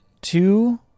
two